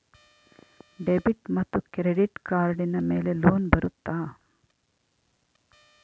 Debit ಮತ್ತು credit ಕಾರ್ಡಿನ ಮೇಲೆ ಲೋನ್ ಬರುತ್ತಾ?